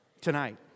tonight